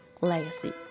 legacy